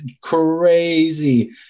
crazy